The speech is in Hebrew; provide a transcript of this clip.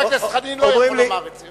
חבר הכנסת חנין לא יכול לומר את זה.